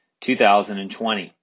2020